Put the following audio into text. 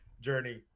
journey